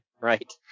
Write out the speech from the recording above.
Right